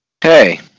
Hey